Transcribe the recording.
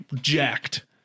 jacked